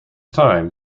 time